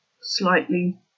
slightly